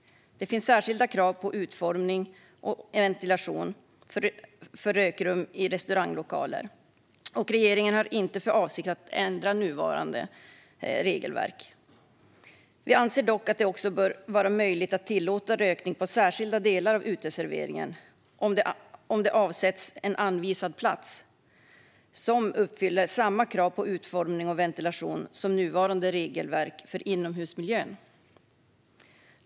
Det finns särskilda krav på utformning och ventilation för rökrum i restauranglokaler, och regeringen har inte för avsikt att ändra nuvarande regelverk. Vi anser dock att det också bör vara möjligt att tillåta rökning på särskilda delar av uteserveringen om det avsätts en anvisad plats som uppfyller samma krav på utformning och ventilation som nuvarande regelverk för inomhusmiljön.